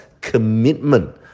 commitment